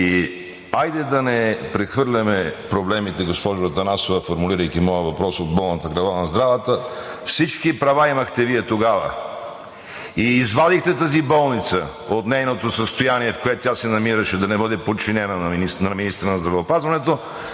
Хайде да не прехвърляме проблемите, госпожо Атанасова, формулирайки моя въпрос от болната глава на здравата – всички права имахте Вие тогава. Извадихте тази болница от нейното състояние, в което тя се намираше, да не бъде подчинена на министъра на здравеопазването,